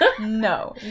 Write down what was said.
No